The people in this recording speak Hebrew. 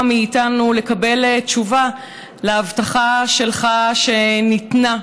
מאיתנו לקבל תשובה על ההבטחה שלך שניתנה?